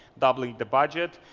doubling the budget.